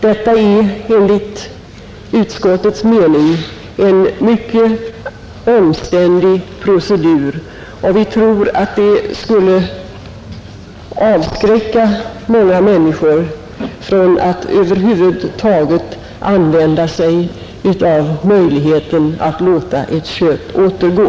Detta är enligt utskottets mening en mycket omständlig procedur, och vi tror att det skulle avskräcka många människor från att över huvud taget använda sig av möjligheten att låta ett köp återgå.